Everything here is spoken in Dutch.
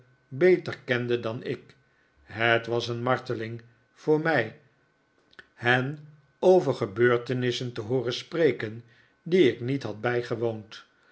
beter kende dan ik het was een marteling voor mij hen over gebeurtenissen te hooren spreken die ik niet had bijgewoond